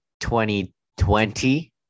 2020